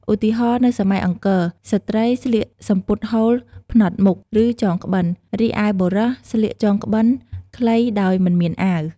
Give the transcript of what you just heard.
ឧទាហរណ៍ នៅសម័យអង្គរ ស្ត្រីស្លៀកសំពត់ហូលផ្នត់មុខ ឬចងក្បិន រីឯបុរសស្លៀកចងក្បិនខ្លីដោយមិនមានអាវ។